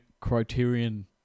Criterion